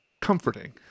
comforting